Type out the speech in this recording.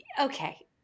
Okay